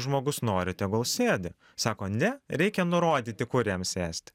žmogus nori tegul sėdi sako ne reikia nurodyti kur jam sėsti